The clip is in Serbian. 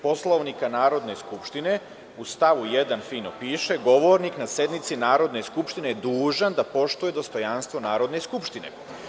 Poslovnika Narodne skupštine u stavu 1. fino piše – govornik na sednici Narodne skupštine dužan je da poštuje dostojanstvo Narodne skupštine.